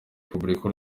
republika